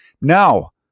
Now